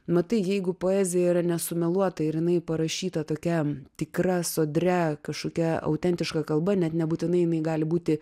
matai jeigu poezija yra nesumeluota ir jinai parašyta tokia tikra sodria kažkokia autentiška kalba net nebūtinai jinai gali būti